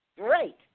Great